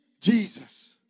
Jesus